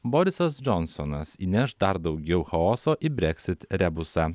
borisas džonsonas įneš dar daugiau chaoso į brexit rebusą